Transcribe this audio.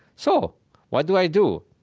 so what do i do?